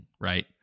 Right